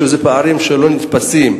אלה פערים שלא נתפסים,